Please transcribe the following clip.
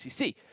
ACC